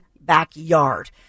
backyard